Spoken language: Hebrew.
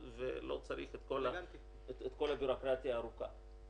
וזה גם מסביר את הצורה המוזרה של החוק